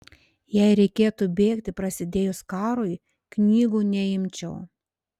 jei reikėtų bėgti prasidėjus karui knygų neimčiau